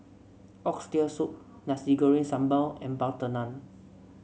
Oxtail Soup Nasi Goreng Sambal and butter naan